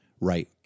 right